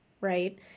right